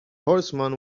horseman